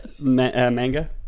manga